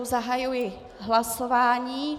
Zahajuji hlasování.